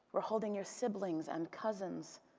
we're holding your siblings and cousins,